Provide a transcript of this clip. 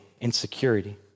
insecurity